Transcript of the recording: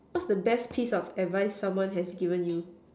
what's the best piece of advise someone has ever given you